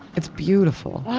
it's beautiful.